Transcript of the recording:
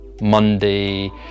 Monday